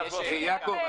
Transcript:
יעקב,